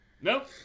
Nope